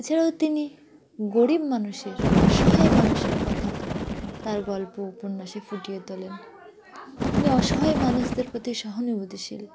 এছাড়াও তিনি গরিব মানুষের অসহায় মানুষের কথা তার গল্প উপন্যাসে ফুটিয়ে তোলেন তিনি অসহায় মানুষদের প্রতি সহানুভূতিশীল